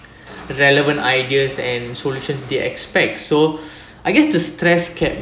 the relevant ideas and solutions they expect so I guess the stress kept